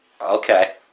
Okay